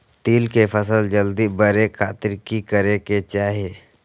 तिल के फसल जल्दी बड़े खातिर की करे के चाही?